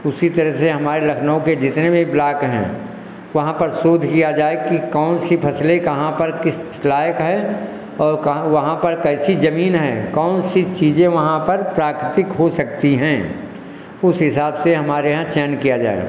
उसी तरह से हमारे लखनऊ के जितने भी ब्लाक हैं वहाँ पर शोध किया जाए कि कौन सी फसलें कहाँ पर किस लायक है और कहाँ वहाँ पर कैसी ज़मीन है कौन सी चीज़ें वहाँ पर प्राकृतिक हो सकती हैं उस हिसाब से हमारे यहाँ चयन किया जाए